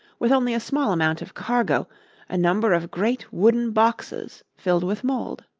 with only a small amount of cargo a number of great wooden boxes filled with mould.